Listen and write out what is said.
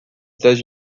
états